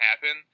happen